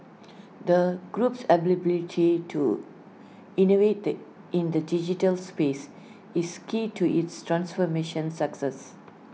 the group's to innovate in the digital space is key to its transformation success